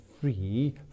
free